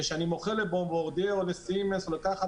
כשאני מוכר ל- -- או לסימנס או לכל אחת